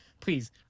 please